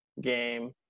game